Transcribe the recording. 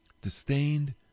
disdained